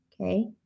okay